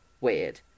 weird